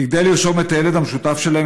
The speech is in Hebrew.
כדי לרשום את הילד המשותף שלהם,